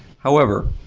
however,